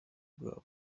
bwabo